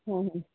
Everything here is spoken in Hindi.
हाँ हाँ